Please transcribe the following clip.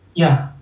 ya